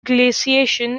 glaciation